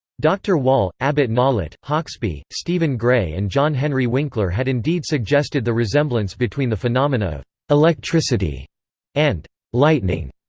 dr. wall, abbot nollet, hauksbee, stephen gray and john henry winkler had indeed suggested the resemblance between the phenomena of electricity and lightning,